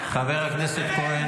חבר הכנסת כהן.